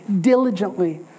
diligently